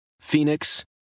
Phoenix